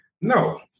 no